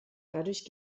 dadurch